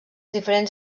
diferents